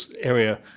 area